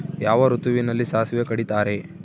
ಯಾವ ಋತುವಿನಲ್ಲಿ ಸಾಸಿವೆ ಕಡಿತಾರೆ?